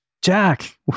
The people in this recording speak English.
Jack